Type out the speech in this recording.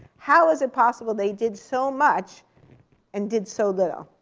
how is it possible they did so much and did so little?